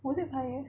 was it fire